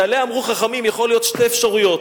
שעליה אמרו חכמים שיכולות להיות שתי אפשרויות.